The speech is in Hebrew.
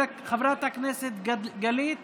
חברת הכנסת גלית